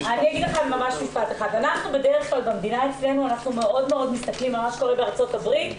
אנחנו בדרך כלל במדינה מסתכלים על מה שקורה בארצות הברית,